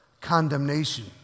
condemnation